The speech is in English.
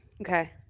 Okay